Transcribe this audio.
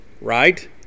right